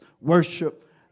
worship